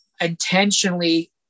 intentionally